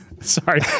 Sorry